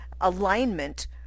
alignment